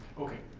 okay,